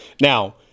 Now